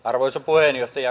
arvoisa puheenjohtaja